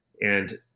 And-